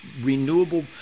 renewable